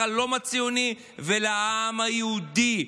לחלום הציוני ולעם היהודי.